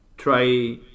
try